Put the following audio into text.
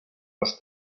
les